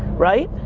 right,